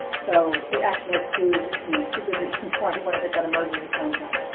so it actually has two you know two good reasons why you want to get that emergency contact.